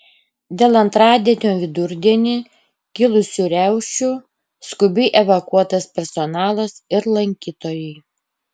dėl antradienio vidurdienį kilusių riaušių skubiai evakuotas personalas ir lankytojai